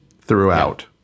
throughout